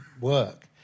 work